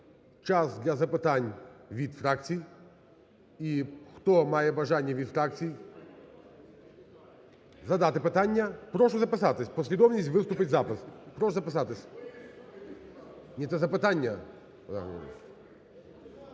час для запитань від фракцій. І хто має бажання від фракцій задати питання, прошу записатись. Послідовність виступів – запис. Прошу записатись. ГОЛОС ІЗ